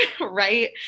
right